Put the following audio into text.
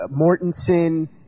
Mortensen